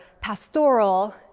pastoral